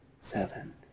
seven